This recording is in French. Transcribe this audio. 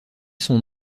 son